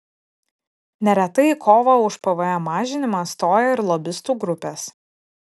neretai į kovą už pvm mažinimą stoja ir lobistų grupės